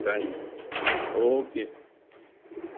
thanks okay